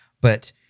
but-